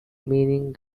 meaning